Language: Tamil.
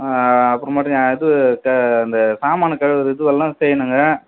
அப்புறமேட்டுங்க இது க இந்த சாமான் கழுவுகிற இதுவெல்லாம் செய்யணுங்க